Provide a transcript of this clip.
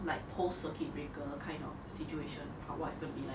like post circuit breaker kind of situation or how what it is going to be like